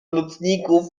nocników